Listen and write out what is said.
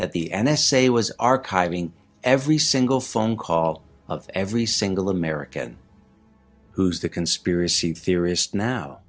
that the n s a was archiving every single phone call of every single american who's the conspiracy theorists now